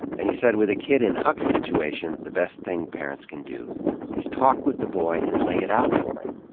and he said, with a kid in huck's situation, the best thing parents can do is talk with the boy and lay it out for him.